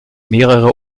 mehrere